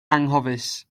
anghofus